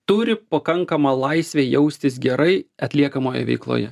turi pakankamą laisvę jaustis gerai atliekamoje veikloje